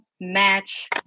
match